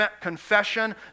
confession